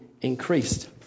increased